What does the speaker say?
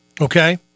okay